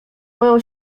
moją